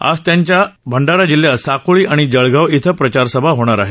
आज त्यांच्या भंडारा जिल्ह्यात साकोळी आणि जळगाव इथं प्रचारसभा होणार आहेत